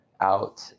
out